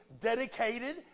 dedicated